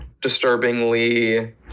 disturbingly